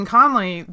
Conley